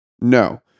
No